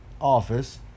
office